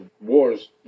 wars